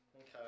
Okay